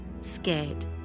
Scared